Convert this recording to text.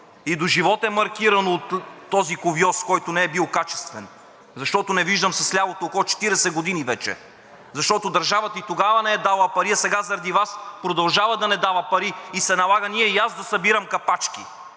и доживот е маркирано от този кувьоз, който не е бил качествен, защото не виждам с лявото око 40 години вече. Защото държавата и тогава не е дала пари, а сега заради Вас продължава да не дава пари и се налага и аз да събирам капачки.